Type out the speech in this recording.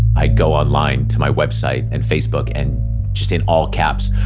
i go online to my website and facebook, and just in all caps,